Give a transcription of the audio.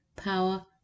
power